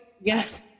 Yes